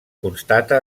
constata